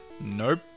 Nope